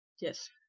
yes